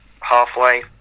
halfway